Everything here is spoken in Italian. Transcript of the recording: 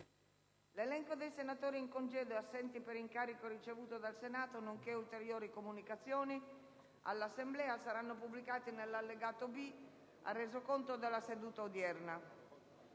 L'elenco dei senatori in congedo e assenti per incarico ricevuto dal Senato, nonché ulteriori comunicazioni all'Assemblea saranno pubblicati nell'allegato B al Resoconto della seduta odierna.